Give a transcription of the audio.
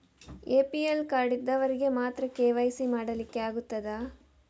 APL card ಇದ್ದವರಿಗೆ ಮಾತ್ರ KYC ಮಾಡಲಿಕ್ಕೆ ಆಗುತ್ತದಾ?